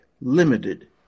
limited